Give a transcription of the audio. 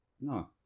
No